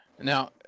Now